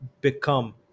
become